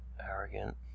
Arrogant